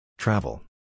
Travel